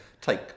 Take